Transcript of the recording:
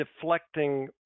deflecting